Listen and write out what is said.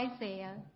Isaiah